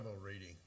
reading